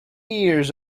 years